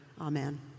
Amen